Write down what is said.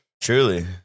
truly